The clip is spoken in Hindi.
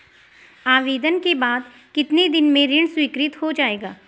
आवेदन के बाद कितने दिन में ऋण स्वीकृत हो जाएगा?